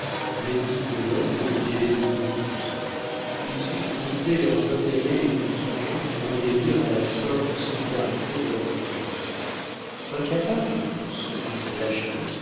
l'ennemi de l'un devenait l'ennemi de tous ils eussent brisé leurs intérêts les plus urgents pour obéir à la sainte solidarité de leurs cœurs incapables tous d'une lâcheté